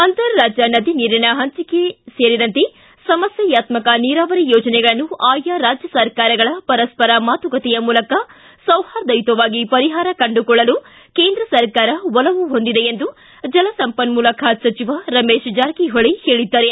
ಅಂತರರಾಜ್ಯ ನದಿ ನೀರಿನ ಹಂಚಿಕೆ ಸೇರಿದಂತೆ ಸಮಸ್ಥೆಯಾತ್ಮಕ ನೀರಾವರಿ ಯೋಜನೆಗಳನ್ನು ಆಯಾ ರಾಜ್ಯ ಸರ್ಕಾರಗಳ ಪರಸ್ವರ ಮಾತುಕತೆಯ ಮೂಲಕ ಸೌಹಾರ್ದಯುತವಾಗಿ ಪರಿಹಾರ ಕಂಡುಕೊಳ್ಳಲು ಕೇಂದ್ರ ಸರ್ಕಾರ ಒಲವು ಹೊಂದಿದೆ ಎಂದು ಜಲ ಸಂಪನ್ನೂಲ ಖಾತೆ ಸಚಿವ ರಮೇಶ ಜಾರಕಿಹೊಳಿ ಹೇಳಿದ್ದಾರೆ